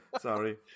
Sorry